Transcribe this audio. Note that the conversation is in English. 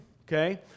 okay